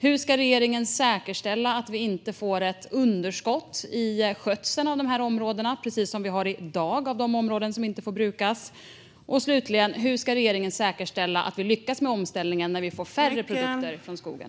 Hur ska regeringen säkerställa att vi inte får ett underskott i skötseln av de här områdena, precis som vi har i dag i de områden som inte får brukas? Och slutligen: Hur ska regeringen säkerställa att vi lyckas med omställningen när vi får färre produkter från skogen?